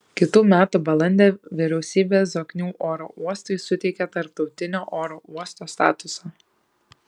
kitų metų balandį vyriausybė zoknių oro uostui suteikė tarptautinio oro uosto statusą